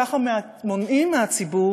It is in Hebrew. ככה מונעים מהציבור